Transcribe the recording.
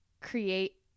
create